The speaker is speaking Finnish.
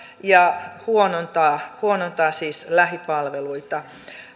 ja huonontaa huonontaa siis lähipalveluita